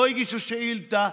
לא הגישו שאילתה,